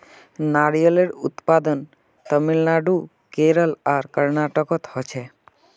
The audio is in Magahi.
नारियलेर उत्पादन तामिलनाडू केरल आर कर्नाटकोत होछे